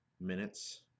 minutes